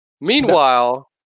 Meanwhile